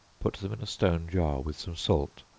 put them in a stone jar, with some salt,